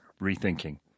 rethinking